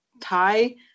Thai